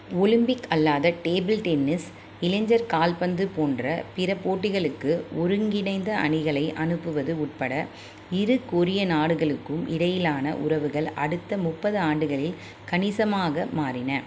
Olympic அல்லாத table tennis இளைஞர் கால்பந்து போன்ற பிற போட்டிகளுக்கு ஒருங்கிணைந்த அணிகளை அனுப்புவது உட்பட இரு கொரிய நாடுகளுக்கும் இடையிலான உறவுகள் அடுத்த முப்பது ஆண்டுகளில் கணிசமாக மாறின